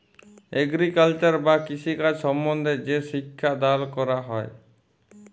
agriculture বা কৃষিকাজ সম্বন্ধে যে শিক্ষা দাল ক্যরা হ্যয়